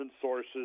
sources